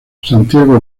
santiago